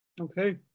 Okay